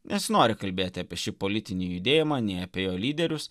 nesinori kalbėti apie šį politinį judėjimą nei apie jo lyderius